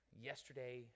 yesterday